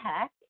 heck